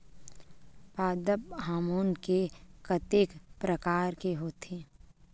पादप हामोन के कतेक प्रकार के होथे?